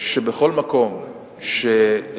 שבכל מקום שישראל,